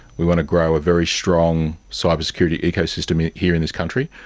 we want to grow a very strong cybersecurity ecosystem here in this country,